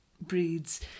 breeds